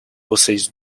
vocês